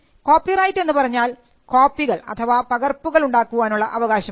copyright എന്നുപറഞ്ഞാൽ കോപ്പികൾപകർപ്പുകൾ ഉണ്ടാക്കാനുള്ള അവകാശമാണ്